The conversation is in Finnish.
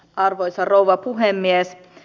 arvoisa rouva puhemies